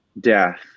death